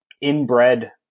inbred